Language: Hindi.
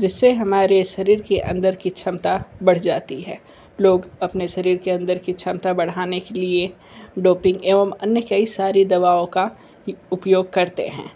जिससे हमारे शरीर के अंदर की क्षमता बढ़ जाती है लोग अपने शरीर के अंदर की क्षमता बढ़ाने के लिए डोपिंग एवं अन्य कई सारी दावों का उपयोग करते हैं